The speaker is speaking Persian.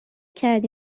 کردی